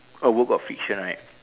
a work of fiction right